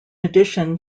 addition